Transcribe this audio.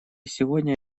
сегодня